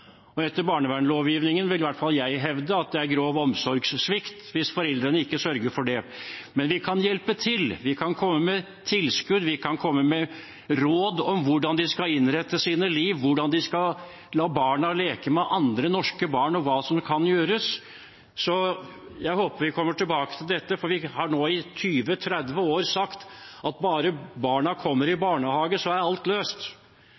og jeg vil i hvert fall hevde at det etter barnevernslovgivningen er grov omsorgssvikt hvis foreldrene ikke sørger for det. Men vi kan hjelpe til. Vi kan komme med tilskudd, vi kan komme med råd om hvordan de skal innrette sine liv, hvordan de skal la barna leke med andre norske barn, og om hva som kan gjøres. Jeg håper vi kommer tilbake til dette, for vi har nå i 20–30 år sagt at bare barna kommer i barnehage, så er alt løst.